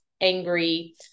angry